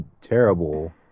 terrible